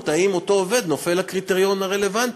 אם אותו עובד נופל לקריטריון הרלוונטי.